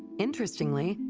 interestingly,